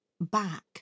back